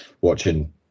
watching